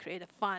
create the fun